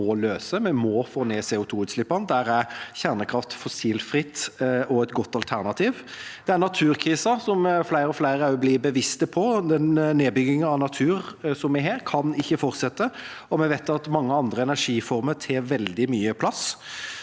vi må få ned CO2-utslippene. Der er kjernekraft, fossilfritt, også et godt alternativ. Det er naturkrisa, som flere og flere også blir bevisst på. Den nedbyggingen av natur som vi har, kan ikke fortsette, og vi vet at mange andre energiformer tar veldig mye plass.